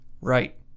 Right